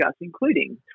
including